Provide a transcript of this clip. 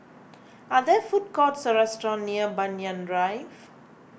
are there food courts or restaurants near Banyan Drive